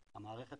המערכת,